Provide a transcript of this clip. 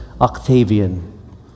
Octavian